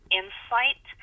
insight